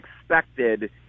expected